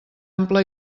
ampla